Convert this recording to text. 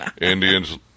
Indians